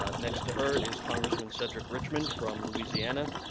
ah next to her is congressman cedric richmond from louisiana.